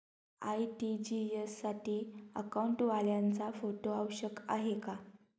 RTGS साठी अकाउंटवाल्याचा photo आवश्यक आहे का?